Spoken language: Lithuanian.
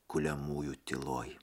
kuliamųjų tyloj